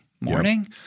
morning